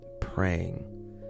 praying